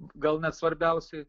gal net svarbiausiai